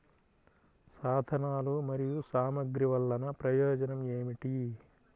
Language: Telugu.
సాధనాలు మరియు సామగ్రి వల్లన ప్రయోజనం ఏమిటీ?